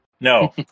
No